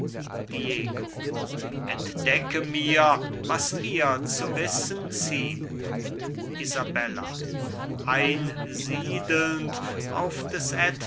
entdecke mir was mir zu wissen ziemt isabella einsiedelnd auf des